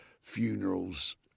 funerals